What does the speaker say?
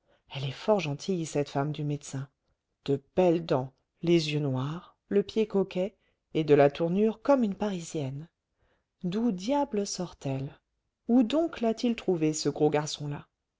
elle est fort gentille cette femme du médecin de belles dents les yeux noirs le pied coquet et de la tournure comme une parisienne d'où diable sortelle où donc l'a-t-il trouvée ce gros garçon-là